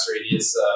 radius